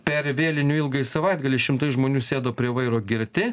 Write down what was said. per vėlinių ilgąjį savaitgalį šimtai žmonių sėdo prie vairo girti